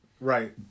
Right